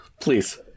Please